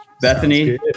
Bethany